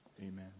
Amen